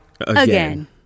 Again